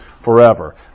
forever